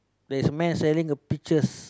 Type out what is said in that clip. there's man selling a peaches